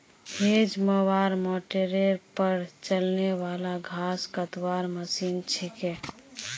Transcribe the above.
hedge mower मोटरेर पर चलने वाला घास कतवार मशीन छिके